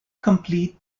complete